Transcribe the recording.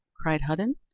cried hudden,